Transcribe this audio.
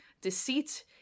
deceit